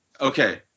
Okay